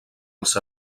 els